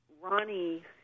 Ronnie